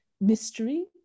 mystery